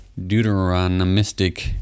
Deuteronomistic